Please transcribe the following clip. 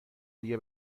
دیگه